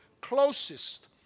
closest